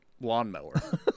lawnmower